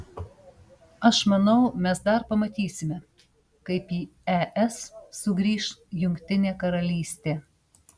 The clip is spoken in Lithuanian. aš manau mes dar pamatysime kaip į es sugrįš jungtinė karalystė